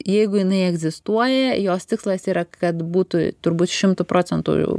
jeigu jinai egzistuoja jos tikslas yra kad būtų turbūt šimtu procentų